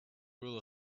rule